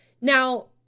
Now